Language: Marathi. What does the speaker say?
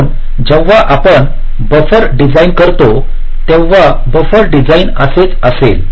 म्हणून जेव्हा आपण बफर डिझाईन करतो तेव्हा बफर डिझाइन असेच असेल